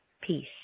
peace